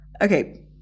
Okay